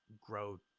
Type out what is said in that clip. grow